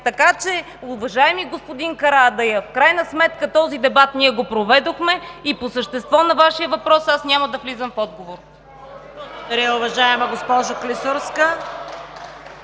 Така че, уважаеми господин Карадайъ, в крайна сметка този дебат ние го проведохме и по същество на Вашия въпрос аз няма да влизам в отговор. (Шум и реплики,